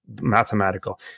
mathematical